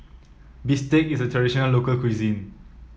Bistake is a traditional local cuisine